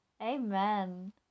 Amen